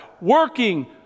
working